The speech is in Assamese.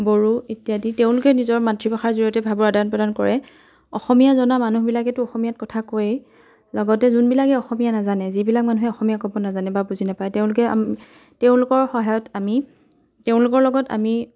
বড়ো ইত্যাদি তেওঁলোকে নিজৰ মাতৃভাষাৰ জৰিয়তে ভাবৰ আদান প্ৰদান কৰে অসমীয়া জনা মানুহবিলাকেতো অসমীয়াত কথা কয়েই লগতে যোনবিলাকে অসমীয়া নাজানে যিবিলাক মানুহে অসমীয়া ক'ব নাজানে বা বুজি নাপায় তেওঁলোকে তেওঁলোকৰ সহায়ত আমি তেওঁলোকৰ লগত আমি